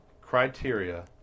criteria